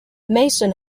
mason